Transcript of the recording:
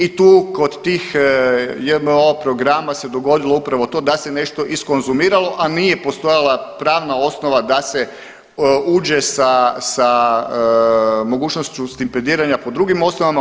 I tu kod tih JMO programa se dogodilo upravo to da se nešto iskonzumiralo, a nije postojala pravna osnova da se uđe sa mogućnošću stipendiranja po drugim osnovama.